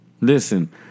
Listen